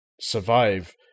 survive